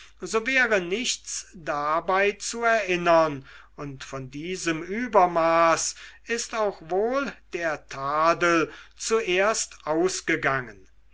so wäre nichts dabei zu erinnern und von diesem übermaß ist auch wohl der tadel zuerst ausgegangen